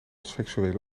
seksuele